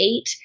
eight